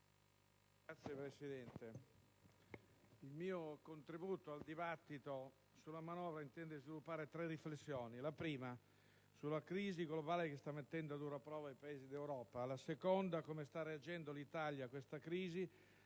Signora Presidente, il mio contributo al dibattito sulla manovra intende sviluppare tre riflessioni. In primo luogo, la crisi globale che sta mettendo a dura prova i Paesi d'Europa; in secondo luogo, come sta reagendo l'Italia a questa crisi